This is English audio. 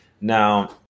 Now